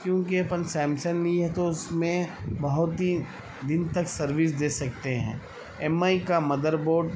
کیوںکہ اپن Samsung لیے ہیں تو اس میں بہت ہی دن تک سروس دے سکتے ہیں ایم آئی کا مدر بورڈ